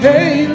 Hey